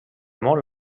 molt